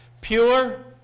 pure